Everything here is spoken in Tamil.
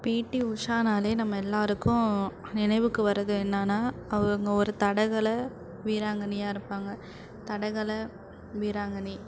பி டி உஷானால் நம்ம எல்லோருக்கும் நினைவுக்கு வரது என்னென்னா அவங்க ஒரு தடகளை வீராங்கனையா இருப்பாங்க தடகளை வீராங்கனை